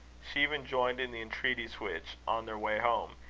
she even joined in the entreaties which, on their way home,